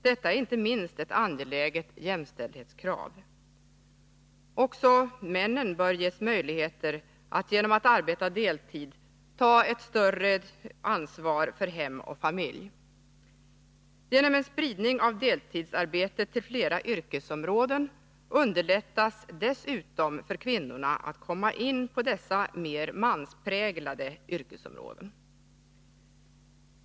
Detta är inte minst ett angeläget jämställdhetskrav. Också männen bör ges möjligheter att genom att arbeta deltid ta en större del av ansvaret för hem och familj. Genom en spridning av deltidsarbetet till fler yrkesområden underlättas dessutom för kvinnorna att komma in på dessa mer mansdominerade yrkesområden.